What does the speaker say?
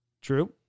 True